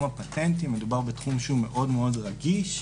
הפטנטים מדובר בתחום שהוא מאוד-מאוד רגיש,